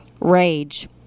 rage